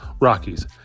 Rockies